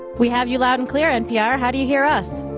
we have you loud and clear, npr. how do you hear us?